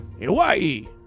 Hawaii